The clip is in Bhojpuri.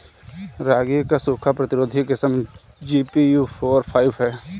रागी क सूखा प्रतिरोधी किस्म जी.पी.यू फोर फाइव ह?